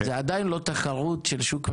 זה עדיין לא תחרות של שוק משוכלל.